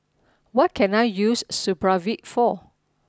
what can I use Supravit for